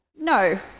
No